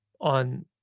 on